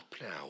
now